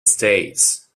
states